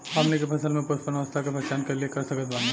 हमनी के फसल में पुष्पन अवस्था के पहचान कइसे कर सकत बानी?